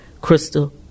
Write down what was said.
Crystal